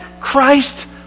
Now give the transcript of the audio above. Christ